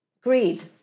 greed